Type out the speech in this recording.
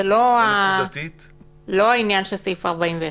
זה לא העניין של סעיף 41,